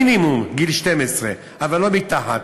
המינימום הוא גיל 12, אבל לא מתחת.